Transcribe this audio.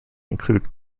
include